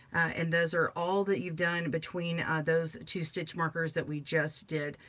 and those are all that you've done between ah those two stitch markers that we just did.